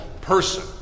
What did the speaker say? person